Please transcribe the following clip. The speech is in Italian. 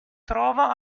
trova